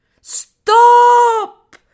Stop